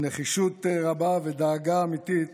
נחישות רבה ודאגה אמיתית